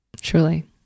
truly